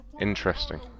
Interesting